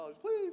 please